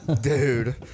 Dude